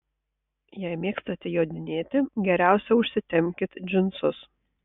jei mėgstate jodinėti geriausia užsitempkit džinsus